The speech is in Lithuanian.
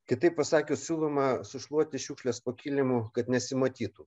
kitaip pasakius siūloma sušluoti šiukšles po kilimu kad nesimatytų